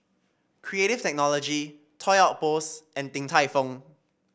Creative Technology Toy Outpost and Din Tai Fung